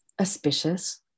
auspicious